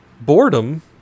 boredom